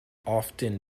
often